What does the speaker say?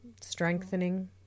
strengthening